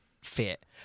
fit